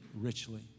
richly